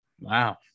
Wow